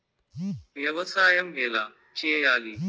వ్యవసాయం ఎలా చేయాలి?